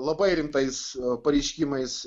labai rimtais pareiškimais